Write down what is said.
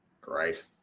Great